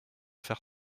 faire